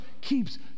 keeps